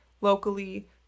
locally